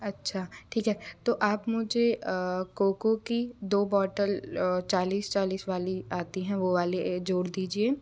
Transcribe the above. अच्छा ठीक है तो आप मुझे कोको की दो बोटल चालीस चालीस वाली आती हैं वह वाली जोड़ दीजिए